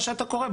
מה שאתה קורא?